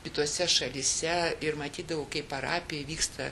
kitose šalyse ir matydavau kaip parapijoj vyksta